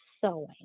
sewing